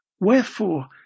Wherefore